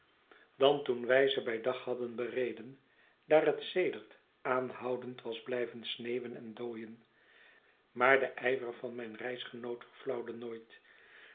dan toen wij ze bij dag hadden bereden daar het sedert aanhoudend was blijven sneeuwen en dooien maar de ijver van mijn reisgenoot verflauwde nooit